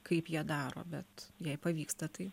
kaip jie daro bet jei pavyksta tai